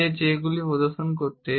যে সেগুলি প্রদর্শন করছে